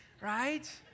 Right